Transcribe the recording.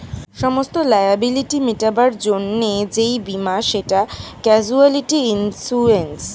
সমস্ত লায়াবিলিটি মেটাবার জন্যে যেই বীমা সেটা ক্যাজুয়ালটি ইন্সুরেন্স